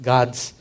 God's